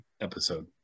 episode